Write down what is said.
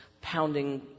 pounding